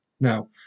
now